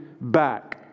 back